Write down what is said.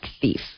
thief